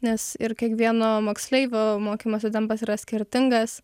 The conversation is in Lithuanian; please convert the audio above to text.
nes ir kiekvieno moksleivio mokymosi tempas yra skirtingas